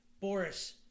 Boris